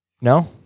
no